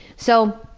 so,